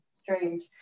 strange